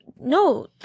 no